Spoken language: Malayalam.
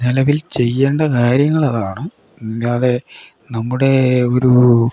നിലവിൽ ചെയ്യേണ്ട കാര്യങ്ങൾ അതാണ് ഇല്ലാതെ നമ്മുടെ ഒരു